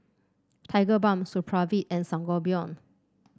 Tigerbalm Supravit and Sangobion